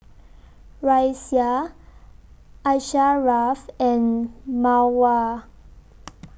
Raisya Asharaff and Mawar